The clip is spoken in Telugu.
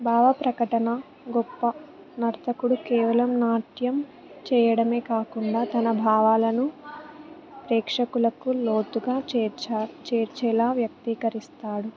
భావప్రకటన గొప్ప నర్తకుడు కేవలం నాట్యం చేయడమే కాకుండా తన భావాలను ప్రేక్షకులకు లోతుగా చేర్చా చేర్చేలా వ్యక్తీకరిస్తాడు